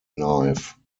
knife